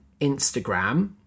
Instagram